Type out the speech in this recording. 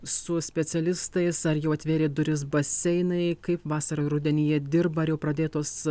su specialistais ar jau atvėrė duris baseinai kaip vasarą ir rudenį dirba ar jau pradėtos